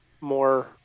more –